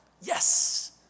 Yes